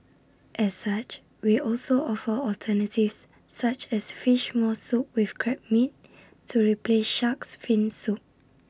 as such we also offer alternatives such as Fish Maw Soup with Crab meat to replace Shark's fin soup